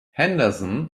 henderson